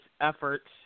efforts